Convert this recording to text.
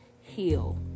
heal